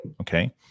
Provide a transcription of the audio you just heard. Okay